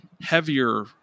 heavier